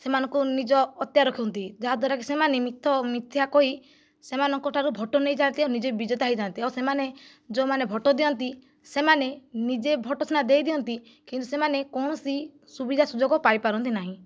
ସେମାନଙ୍କୁ ନିଜ ଅତ୍ୟା ରଖନ୍ତି ଯାହା ଦ୍ଵାରାକି ସେମାନେ କହି ସେମାନଙ୍କ ଠାରୁ ଭୋଟ ନେଇଯାଆନ୍ତି ଆଉ ନିଜେ ବିଜେତା ହୋଇଯାଆନ୍ତି ଆଉ ସେମାନେ ଯେଉଁମାନେ ଭୋଟ ଦିଅନ୍ତି ସେମାନେ ନିଜେ ଭୋଟ ସିନା ଦେଇ ଦିଅନ୍ତି କିନ୍ତୁ ସେମାନେ କୌଣସି ସୁବିଧା ସୁଯୋଗ ପାଇପାରନ୍ତି ନାହିଁ